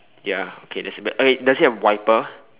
ya okay there's a bad okay does he have a wiper